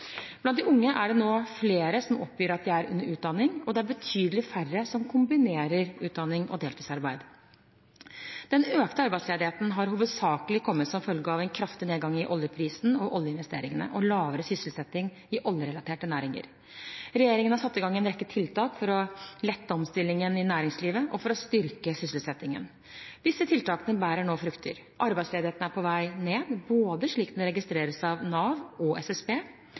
Blant de unge er det nå flere som oppgir at de er under utdanning, og det er betydelig færre som kombinerer utdanning og deltidsarbeid. Den økte arbeidsledigheten har hovedsakelig kommet som følge av en kraftig nedgang i oljeprisen og oljeinvesteringene og lavere sysselsetting i oljerelaterte næringer. Regjeringen har satt i gang en rekke tiltak for å lette omstillingen i næringslivet og for å styrke sysselsettingen. Disse tiltakene bærer nå frukter. Arbeidsledigheten er på vei ned, slik den registreres av både Nav og SSB.